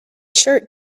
shirt